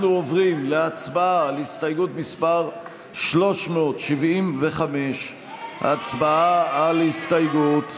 אנחנו עוברים להצבעה על הסתייגות מס' 375. הצבעה על הסתייגות.